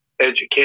education